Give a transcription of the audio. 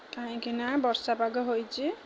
କାହିଁକି ନା ବର୍ଷାପାଗ ହୋଇଛି